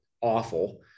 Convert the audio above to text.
awful